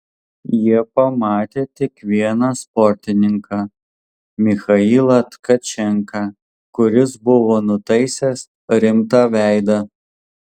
jie pamatė tik vieną sportininką michailą tkačenką kuris buvo nutaisęs rimtą veidą